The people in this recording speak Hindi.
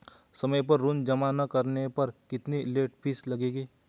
समय पर ऋण जमा न करने पर कितनी लेट फीस लगेगी?